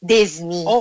Disney